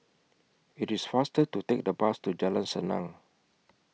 IT IS faster to Take The Bus to Jalan Senang